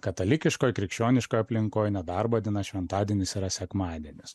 katalikiškoj krikščioniškoj aplinkoj nedarbo diena šventadienis yra sekmadienis